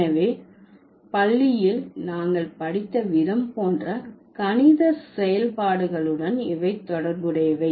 எனவே பள்ளியில் நாங்கள் படித்த விதம் போன்ற கணித செயல்பாடுகளுடன் இவை தொடர்புடையவை